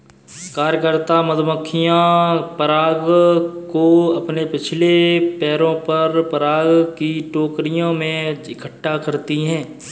कार्यकर्ता मधुमक्खियां पराग को अपने पिछले पैरों पर पराग की टोकरियों में इकट्ठा करती हैं